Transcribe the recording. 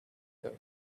code